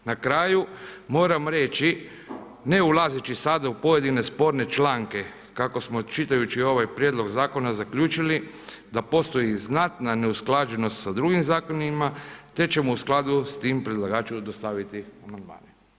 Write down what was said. Na kraju moram reći ne ulazeći sada u pojedine sporne članke kako smo čitajući ovaj prijedlog zakona zaključili da postoji znatna neusklađenost sa drugim zakonima te ćemo u skladu sa tim predlagaču dostaviti amandmane.